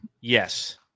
yes